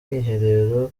mwiherero